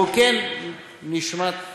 הוא נשמט מעיני.